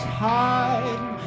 hide